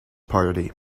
party